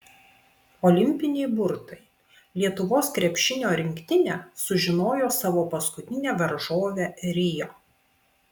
olimpiniai burtai lietuvos krepšinio rinktinė sužinojo savo paskutinę varžovę rio